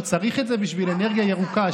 שצריך את זה בשביל אנרגיה ירוקה,